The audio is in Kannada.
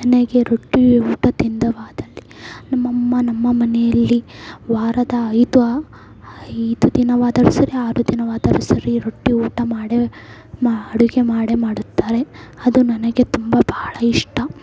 ನನಗೆ ರೊಟ್ಟಿ ಊಟ ತಿಂದೆವಾದಲ್ಲಿ ನಮ್ಮಮ್ಮ ನಮ್ಮ ಮನೆಯಲ್ಲಿ ವಾರದ ಐದು ಐದು ದಿನವಾದರೂ ಸರಿ ಆರು ದಿನವಾದರೂ ಸರಿ ರೊಟ್ಟಿ ಊಟ ಮಾಡೇ ಅಡುಗೆ ಮಾಡೇ ಮಾಡುತ್ತಾರೆ ಅದು ನನಗೆ ತುಂಬ ಬಹಳ ಇಷ್ಟ